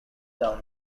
town